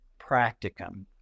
practicum